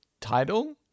title